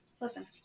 Listen